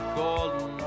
golden